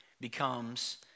Becomes